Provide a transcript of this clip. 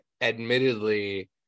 admittedly